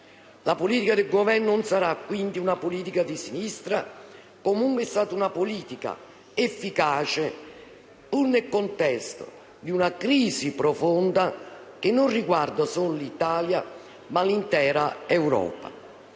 La politica del Governo non sarà, quindi, una politica di sinistra, comunque è stata una politica efficace, pur nel contesto di una crisi profonda che non riguarda solo l'Italia, ma l'intera Europa.